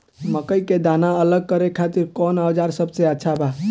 मकई के दाना अलग करे खातिर कौन औज़ार सबसे अच्छा बा?